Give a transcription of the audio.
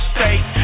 State